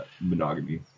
monogamy